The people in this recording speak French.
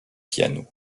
piano